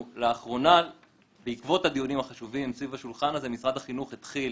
לאחרונה בעקבות הדיונים החשובים סביב השולחן הזה משרד החינוך התחיל